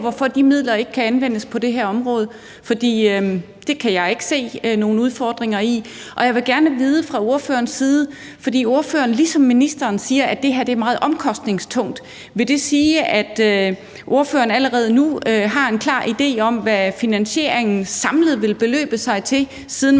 hvorfor de midler ikke kan anvendes på det her område. For det kan jeg ikke se nogen udfordringer i. Og jeg vil gerne have at vide af ordføreren – fordi ordføreren ligesom ministeren siger, at det her er meget omkostningstungt – om ordføreren allerede nu har en klar idé om, hvad finansieringen samlet vil beløbe sig til, siden man